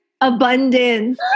abundance